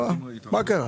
אומר לי: